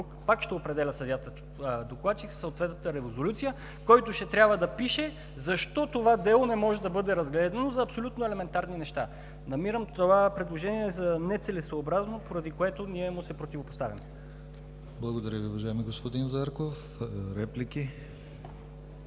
пак ще определя съдията-докладчик със съответната резолюция, в която ще трябва да пише защо това дело не може да бъде разгледано за абсолютно елементарни неща. Намирам това предложение за нецелесъобразно, поради което ние му се противопоставяме. ПРЕДСЕДАТЕЛ ДИМИТЪР ГЛАВЧЕВ: Благодаря Ви, господин Зарков. Реплики?